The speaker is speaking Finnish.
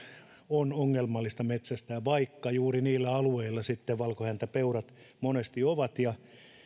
on ongelmallista metsästää vaikka juuri niillä alueilla valkohäntäpeurat monesti ovat ja